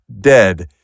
dead